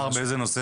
ערר באיזה נושא?